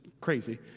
crazy